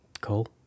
cool